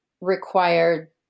required